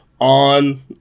On